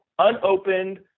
Unopened